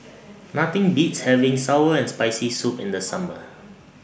Nothing Beats having Sour and Spicy Soup in The Summer